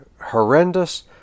horrendous